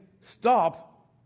stop